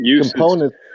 components